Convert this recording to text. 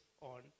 on